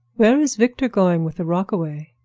where is victor going with the rockaway?